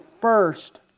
first